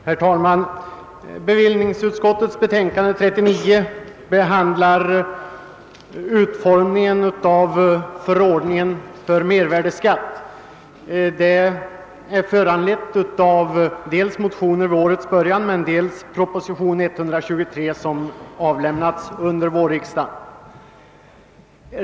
Herr talman! I bevillningsutskottets betänkande nr 39 behandlas utformningen av förordningen om mervärdeskatt. Betänkandet är föranlett dels av motioner väckta vid årets början, dels av propositionen 123 som framlagts under vårriksdagen.